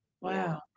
Wow